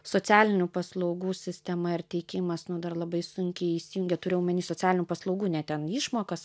socialinių paslaugų sistema ir teikimas nu dar labai sunkiai įsijungia turiu omeny socialinių paslaugų ne ten išmokas